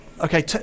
Okay